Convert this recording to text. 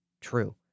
true